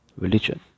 religion